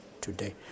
today